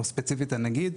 או ספציפית הנגיד,